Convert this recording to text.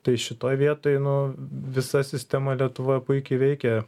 tai šitoj vietoj nu visa sistema lietuvoje puikiai veikia